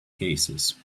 cases